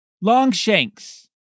Longshanks